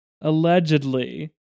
allegedly